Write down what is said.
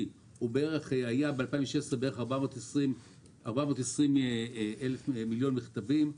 ב-2016 היו 420 מיליון מכתבים,